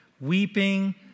weeping